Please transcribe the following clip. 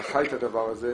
אתה חי את הדבר הזה,